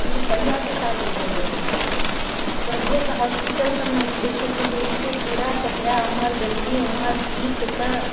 ई कहिआसे चालू भेलै हँ पहिले तऽ हॉसपिटल सबमे हम देखै छलिए एतेक कूड़ा कचरा ओम्हर गन्दगी ओम्हर कि कतऽ